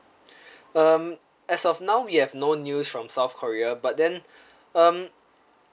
um as of now we have no news from south korea but then um